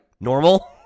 normal